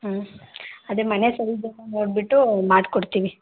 ಹ್ಞೂ ಅದೇ ಮನೆ ಸೈಜ್ ಎಲ್ಲ ನೋಡಿಬಿಟ್ಟು ಮಾಡ್ಕೊಡ್ತೀನಿ